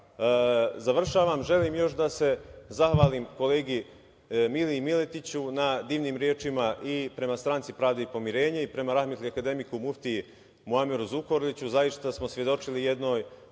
Pazara. Završavam, želim još da se zahvalim kolegi Miliji Miletiću na divnim rečima i prema Stranci pravde i pomirenja i prema rahmetli akademiku muftiji Muameru Zukorliću. Zaista smo svedočili jednoj